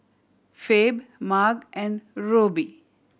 Phebe Marge and Rubye